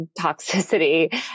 toxicity